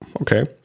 Okay